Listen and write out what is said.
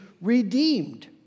redeemed